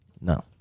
No